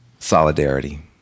Solidarity